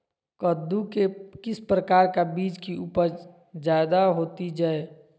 कददु के किस प्रकार का बीज की उपज जायदा होती जय?